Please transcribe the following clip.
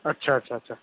अच्छा अच्छा अच्छा